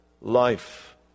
life